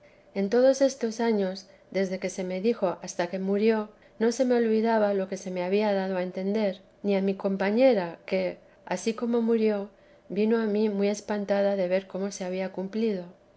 en todos estos años desde que se me dijo hasta que murió no se me olvidaba lo que se me había dado a entender ni a mi comteresa de tests pañera que ansí como murió vino a mí muy espantada de ver cómo se había cumplido